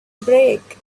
break